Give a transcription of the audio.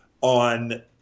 on